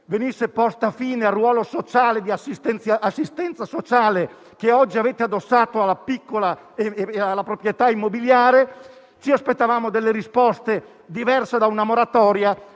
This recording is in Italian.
venisse posta fine al ruolo sociale di assistenza sociale che oggi avete addossato alla piccola proprietà immobiliare. Inoltre, ci aspettavamo risposte diverse da una moratoria